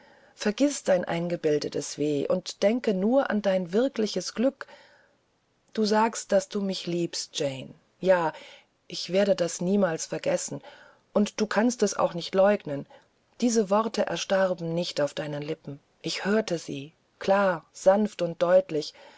vergiß dein eingebildetes weh und denk nur an dein wirkliches glück du sagst daß du mich liebst jane ja ich werde das niemals vergessen und du kannst es auch nicht leugnen diese worte erstarben nicht auf deinen lippen ich hörte sie klar sanft und deutlich